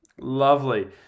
Lovely